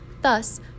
Thus